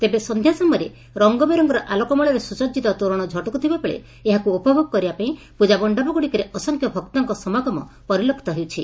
ତେବେ ସନ୍ଧ୍ୟା ସମୟରେ ରଙ୍ଗବେରଙ୍ଗର ଆଲୋକମାଳାରେ ସୁସଜିତ ତୋରଣ ଝଟକୁ ଥିବାବେଳେ ଏହାକୁ ଉପଭୋଗ କରିବା ପାଇଁ ପୂଜା ମଣ୍ଡପଗୁଡିକରେ ଅସଂଖ୍ୟ ଭକ୍ତଙ୍କ ସମାଗମ ପରିଲକ୍ଷିତ ହେଉଛି